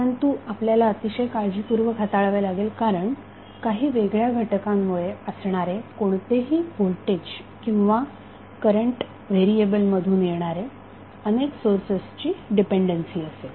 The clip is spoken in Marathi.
परंतु आपल्याला अतिशय काळजीपूर्वक हाताळावे लागेल कारण काही वेगळ्या घटकामुळे असणारे कोणतेही व्होल्टेज किंवा करंट व्हेरिएबल मधून येणारे अनेक सोर्सेसची डीपेंडन्सी असेल